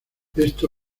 esto